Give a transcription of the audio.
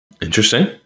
Interesting